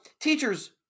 teachers